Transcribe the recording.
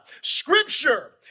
scripture